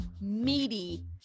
meaty